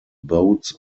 boats